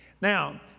Now